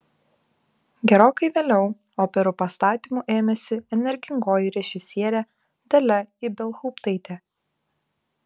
gerokai vėliau operų pastatymų ėmėsi energingoji režisierė dalia ibelhauptaitė